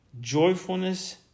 Joyfulness